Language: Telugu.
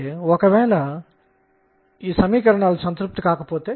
ఆ కక్ష్యలు వివిధ రకాలుగా ఉండవచ్చు